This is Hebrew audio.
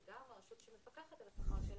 וגם הרשות שמפקחת על השכר שלה,